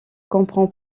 comprend